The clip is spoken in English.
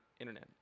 Internet